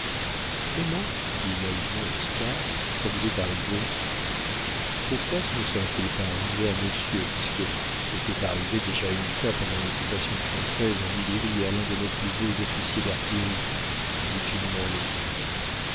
comment dit naïvement oscar ça vous est arrivé pourquoi ce ne serait-il pas arrivé à monsieur puisque c'était arrivé déjà une fois pendant l'occupation française en illyrie à l'un de nos plus beaux officiers d'artillerie dit finement le